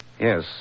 Yes